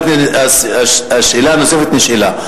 השאלה הנוספת נשאלה.